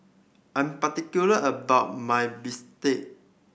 I'm particular about my bistake